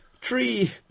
Tree